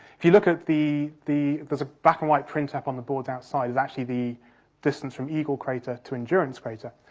if you look at the the there's a black and white print up on the board outside, it's actually the distance from eagle crater to endurance crater,